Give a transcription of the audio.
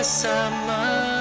summer